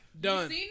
Done